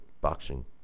boxing